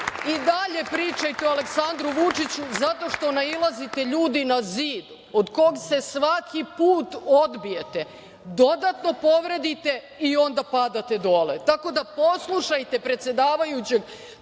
i dalje pričajte o Aleksandru Vučiću, zato što nailazite ljudi na zid, od kog se svaki put odbijete, dodatno povredite i onda dodatno padate dole, tako da poslušajte predsedavajućeg,